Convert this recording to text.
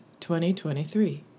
2023